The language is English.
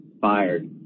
fired